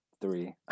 three